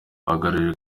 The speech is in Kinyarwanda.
bagaragaje